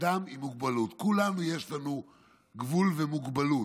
אדם עם מוגבלות, כולנו יש לנו גבול ומוגבלות,